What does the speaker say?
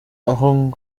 aho